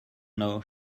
know